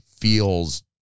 Feels